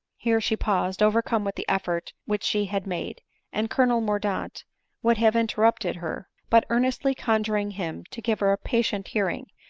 here she paused, overcome with the effort which she had made and colonel mordaunt would have interrupt ed her, but, earnestly conjuring him to give her a patient hearing,